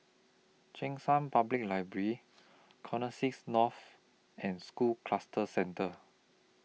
Cheng San Public Library Connexis North and School Cluster Centre